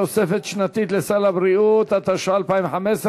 תוספת שנתית לסל שירותי הבריאות),